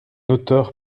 auteur